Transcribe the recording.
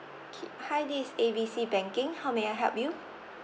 okay hi this is A B C banking how may I help you